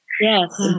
Yes